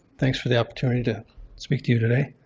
thanks for the opportunity to speak to you today.